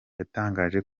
yatangaje